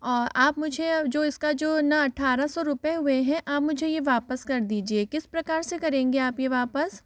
आप मुझे जो इसका जो न अट्ठारह सौ रुपये हुए हैं आप मुझे ये वापस कर दीजिए किस प्रकार से करेंगे आप यह वापस